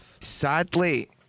Sadly